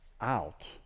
out